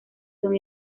son